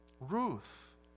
Ruth